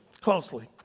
closely